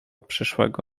przyszłego